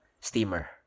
steamer